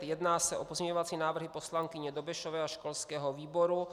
Jedná se o pozměňovací návrhy poslankyně Dobešové a školského výboru.